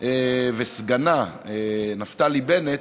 וסגנה נפתלי בנט